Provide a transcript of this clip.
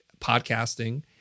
podcasting